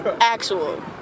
Actual